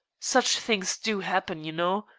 such things do happen, you know.